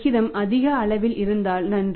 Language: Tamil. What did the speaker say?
விகிதம் அதிக அளவில் இருந்தால் நன்று